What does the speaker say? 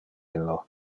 illo